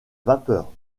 vapeur